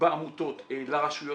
בעמותות לרשויות